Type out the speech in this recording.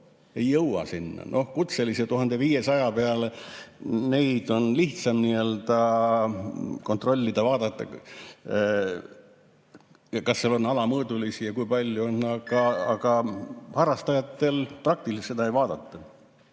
ei jõua sinna. No kutselisi, 1500 kalameest, on lihtsam kontrollida ja vaadata, kas seal on alamõõdulisi ja kui palju on, aga harrastajate puhul praktiliselt seda ei vaadata.